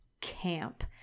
camp